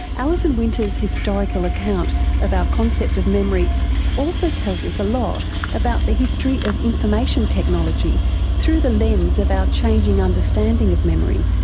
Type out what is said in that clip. alison winter's historical account of our concept of memory also tells us a lot about the history of information technology through the lens of our changing understanding of memory.